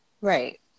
right